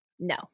No